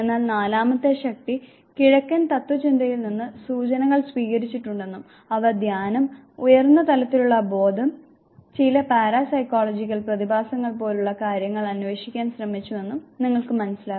എന്നാൽ നാലാമത്തെ ശക്തി കിഴക്കൻ തത്ത്വചിന്തയിൽ നിന്ന് സൂചനകൾ സ്വീകരിച്ചിട്ടുണ്ടെന്നും അവ ധ്യാനം ഉയർന്ന തലത്തിലുള്ള ബോധം ചില പാരസൈക്കോളജിക്കൽ പ്രതിഭാസങ്ങൾ പോലുള്ള കാര്യങ്ങൾ അന്വേഷിക്കാൻ ശ്രമിച്ചുവെന്നും നിങ്ങൾക്ക് മനസ്സിലാകും